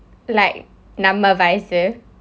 like நம்ம வயசு:namma vayasu